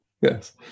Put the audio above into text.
yes